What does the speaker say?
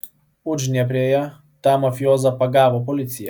uždnieprėje tą mafijozą pagavo policija